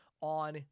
on